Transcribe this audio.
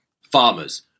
farmers